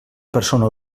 persona